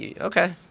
Okay